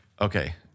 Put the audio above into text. Okay